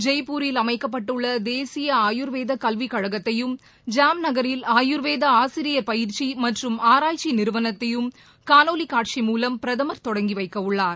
ஜெய்ப்பூரில் அமைக்கப்பட்டுள்ளதேசிய ஆயர்வேதகல்விகழகத்தையும் ஜாம் நகரில் ஆயுர்வேதஆசிரியர் பயிற்சிமற்றும் ஆராய்ச்சிநிறுவனத்தையும் காணொலிகாட்சி மூவம் பிரதமர் தொடங்கிவைக்கவுள்ளார்